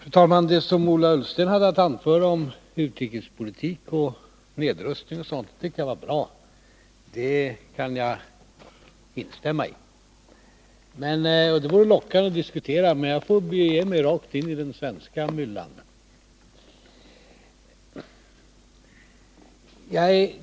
Fru talman! Det som Ola Ullsten hade att anföra om utrikespolitik och nedrustning och sådant var bra. Det kan jag instämma i, och det vore lockande att diskutera dessa frågor. Men jag får bege mig rakt in i den svenska myllan.